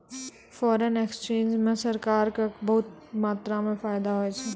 foreign exchange म सरकार क बहुत मात्रा म फायदा होय छै